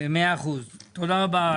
מאה אחוז, תודה רבה.